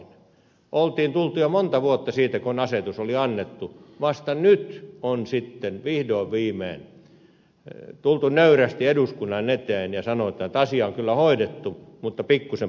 on tultu jo monta vuotta siitä kun asetus on annettu ja vasta nyt tullaan sitten vihdoin viimein nöyrästi eduskunnan eteen ja sanotaan että asia on kyllä hoidettu mutta pikkuisen parannuksia tarvitaan